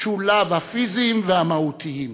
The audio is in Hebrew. שוליו הפיזיים והמהותיים.